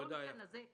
לא ניתן לזה יד.